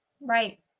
Right